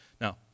Now